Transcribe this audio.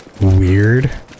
Weird